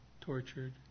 tortured